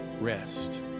rest